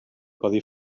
codi